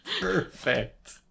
perfect